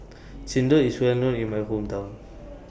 Chendol IS Well known in My Hometown